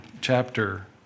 chapter